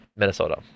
Minnesota